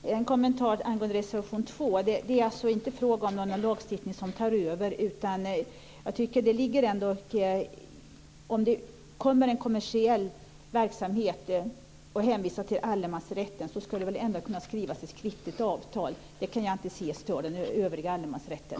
Fru talman! Jag har en kommentar angående reservation 2. Det är alltså inte fråga om någon lagstiftning som tar över. Om det kommer en kommersiell verksamhet och hänvisar till allemansrätten ska det väl ändå kunna skrivas ett skriftligt avtal. Jag kan inte se att det stör den övriga allemansrätten.